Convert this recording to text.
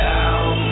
Down